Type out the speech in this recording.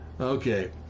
okay